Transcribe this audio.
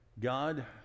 God